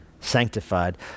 sanctified